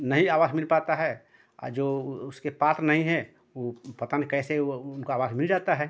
नहीं आवास मिल पाता है जो उसके पास नहीं है वो पता नहीं कैसे वो उनको आवास मिल जाता है